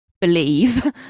believe